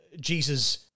Jesus